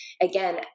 again